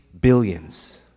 billions